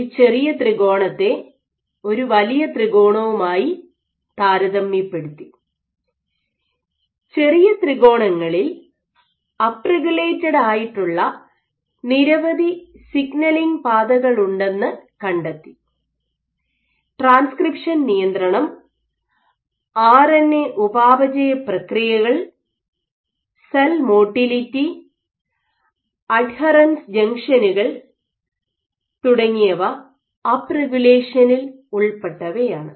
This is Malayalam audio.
ഒരു ചെറിയ ത്രികോണത്തെ ഒരു വലിയ ത്രികോണവുമായി താരതമ്യപ്പെടുത്തി ചെറിയ ത്രികോണങ്ങളിൽ അപ്പ് റെഗുലേറ്റഡായിട്ടുള്ള നിരവധി സിഗ്നലിംഗ് പാതകളുണ്ടെന്നു കണ്ടെത്തി ട്രാൻസ്ക്രിപ്ഷൻ നിയന്ത്രണം ആർഎൻഎ ഉപാപചയ പ്രക്രിയകൾ സെൽ മോട്ടിലിറ്റി അഡ്ഹറൻസ് ജംഗ്ഷനുകൾ തുടങ്ങിയവ അപ്പ് റെഗുലേഷനിൽ ഉൾപ്പെട്ടവയാണ്